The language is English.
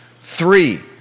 Three